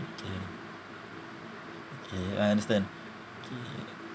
okay okay I understand okay